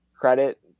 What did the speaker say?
credit